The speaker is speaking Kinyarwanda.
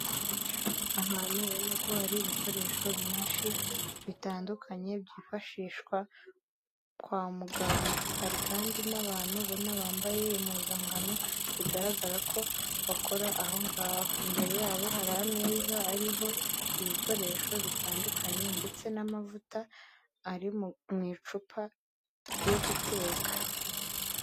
Ahantu ubona ko hari ibikoresho byinshi bitandukanye byifashishwa kwa muganga hari kandi n'abantubona bambaye impuzankano bigaragara ko bakora ahoho imbere yabo hari ameza ariho ibikoresho bitandukanye ndetse n'amavuta ari mucuupa yo guteka.